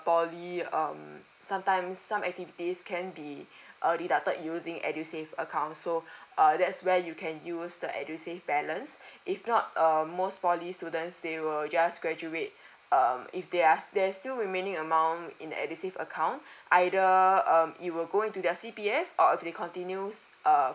poly um sometime some activities can be uh deducted using edusave account so uh that's where you can use the edusave balance if not uh most poly student they will just graduate um if there are there's still remaining amount in edusave account either um it will go into their C_P_F or if they continues err